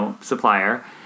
supplier